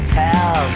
tell